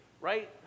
right